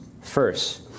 first